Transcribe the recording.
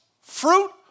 fruit